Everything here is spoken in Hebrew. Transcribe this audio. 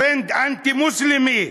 טרנד אנטי-מוסלמי,